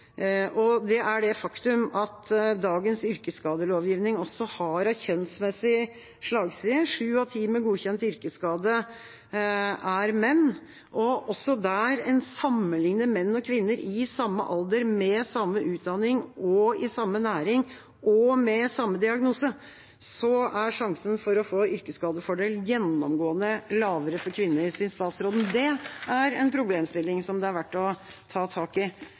er at dagens yrkesskadelovgivning også har en kjønnsmessig slagside. Sju av ti med godkjent yrkesskade er menn. Også der en sammenlikner menn og kvinner i samme alder, med samme utdanning, i samme næring og med samme diagnose, er sjansen for å få yrkesskadefordel gjennomgående lavere for kvinner. Synes statsråden at det er en problemstilling som det er verdt å ta tak i?